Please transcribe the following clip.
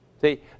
See